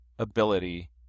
Ability